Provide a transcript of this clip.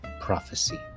prophecy